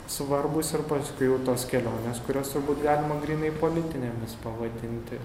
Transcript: svarbūs ir paskui jau tos kelionės kurios turbūt galima grynai politinėmis pavadinti